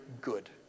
good